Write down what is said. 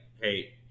Hey